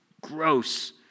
gross